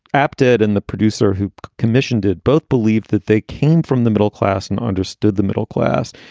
apted and the producer who commissioned it, both believed that they came from the middle class and understood the middle class.